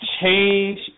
Change